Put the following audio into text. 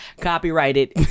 Copyrighted